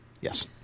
Yes